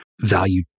value